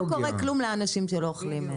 לא קורה כלום לאנשים שלא אוכלים.